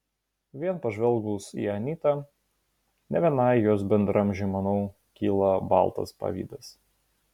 vien pažvelgus į anytą ne vienai jos bendraamžei manau kyla baltas pavydas